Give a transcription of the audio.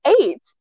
eight